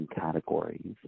categories